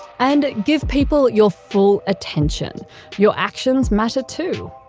and give people your full attention your actions matter too.